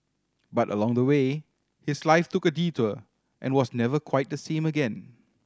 but along the way his life took a detour and was never quite the same again